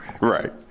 Right